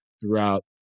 throughout